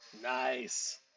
Nice